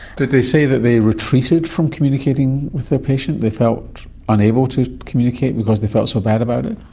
did they say that they retreated from communicating with their patient, they felt unable to communicate because they felt so bad about it?